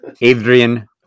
Adrian